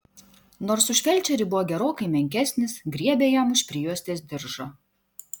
nors už felčerį buvo gerokai menkesnis griebė jam už prijuostės diržo